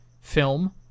film